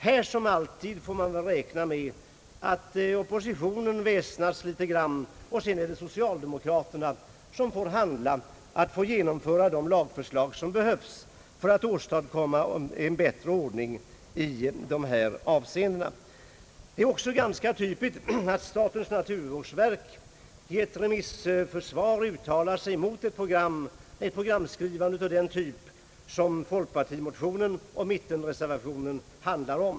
Här som alltid får man väl räkna med att oppositionen väsnas litet grand, och sedan är det socialdemokraterna som får handla och genomföra de lagförslag som behövs för att åstadkomma en bättre ordning. Det är ganska typiskt att statens naturvårdsverk i ett remissvar uttalar sig mot ett programskrivande av den typ som folkpartimotionerna och mittenreservationen handlar om.